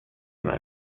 innan